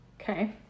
Okay